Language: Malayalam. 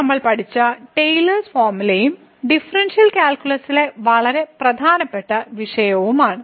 ഇന്ന് നമ്മൾ പഠിച്ചത് ടെയിലേഴ്സ് ഫോർമുലയും ഡിഫറൻഷ്യൽ കാൽക്കുലസിലെ വളരെ പ്രധാനപ്പെട്ട വിഷയവുമാണ്